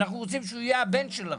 אנחנו רוצים שהוא יהיה הבן שלכם.